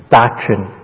doctrine